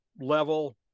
level